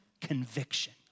conviction